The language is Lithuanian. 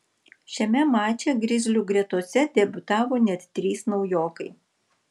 šiame mače grizlių gretose debiutavo net trys naujokai